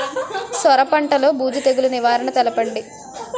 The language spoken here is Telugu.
సొర పంటలో బూజు తెగులు నివారణ తెలపండి?